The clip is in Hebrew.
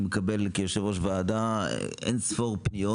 זאת אומרת אני מקבל כיושב ראש ועדה אינספור פניות